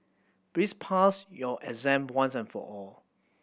please pass your exam once and for all